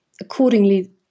Accordingly